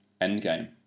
Endgame